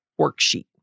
worksheet